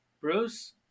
Bruce